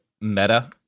Meta